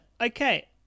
okay